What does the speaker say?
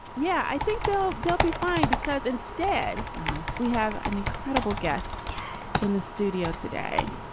yeah. i think they'll they'll be fine. because instead we have an incredible guest in the studio today,